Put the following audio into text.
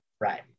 Right